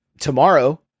tomorrow